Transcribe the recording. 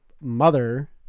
mother